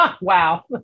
Wow